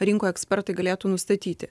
rinkų ekspertai galėtų nustatyti